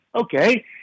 Okay